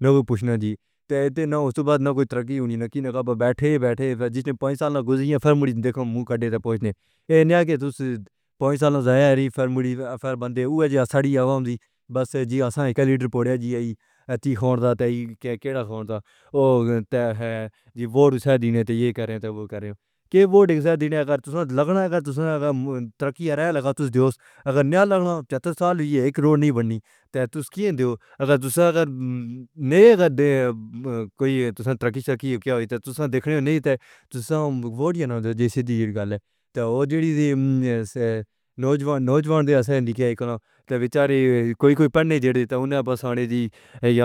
نہ کوئی پوچھنا جی تے تے نہ اُس وقت سے بعد نا کوئی ترقی ہونی لگی نا باپ بیتے بیتے جس نے پانچ سال گزریئے فرن مڈی دیکھا منہ کڈے تے پوچھنے اے نیا کے دس پانچ سال زیا ری فر مڈی فر بندے او وے جیسا ہماری عوام دی بس اسے جی اسی نے لیڈر پڑیا جی ای ہتی ہون تا تے کیڑا ہون تا او تے ہے جی ووٹ سے دینے تے یہ کریں تے وہ کریں کے ووٹ نہ دینے اگر تسنہ لگنا تسنہ ترقی آرہی لگا تو دیوس اگر نیا لگنا پچہتر سال ہوئی ہے ایک روڈ نہیں بنی تے تس کین دیو اگر تسنہ اگر نہیں اگر دے کوئی تسنہ ترقی شرکی ہوگی تے تسنہ دیکھنیوں نہیں تے تسنہ ووٹ دینا تے سیدھی گال ہے تے او جی ڈی ڈی نوجوان نوجوانوں دے اسے نہیں کہہ ایکلا تے بیچارے کوئی کوئی پڑھ نہیں جہڑے تے اونہاں بس آہنی جی